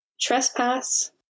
Trespass